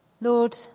Lord